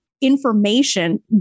information